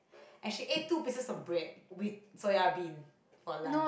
as she ate two pieces of breads with soya bean for lunch